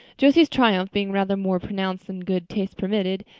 josie's triumph being rather more pronounced than good taste permitted,